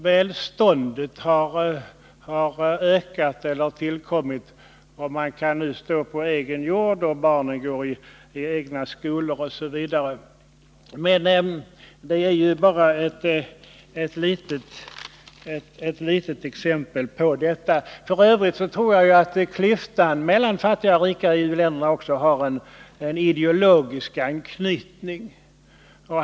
Välståndet bland dem har därvid ökat, och de kan nu bruka sin egen jord, barnen får gå i skolor osv. Men det är bara ett litet exempel. F. ö. tror jag att klyftan mellan fattiga och rika i u-länderna också har en ideologisk anknytning.